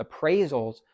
appraisals